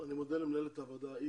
אני מודה למנהלת הוועדה.